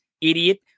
Idiot